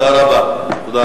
תודה רבה.